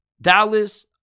Dallas